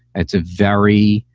it's a very,